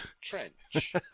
trench